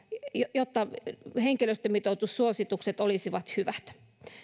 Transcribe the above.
jotta henkilöstömitoitussuositukset olisivat hyvät